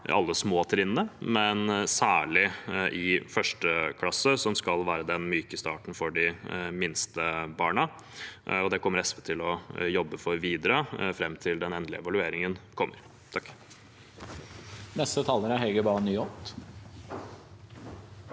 i alle småtrinnene, særlig i 1. klasse, som skal være den myke starten for de minste barna. Det kommer SV til å jobbe for videre, fram til den endelige evalueringen kommer. Hege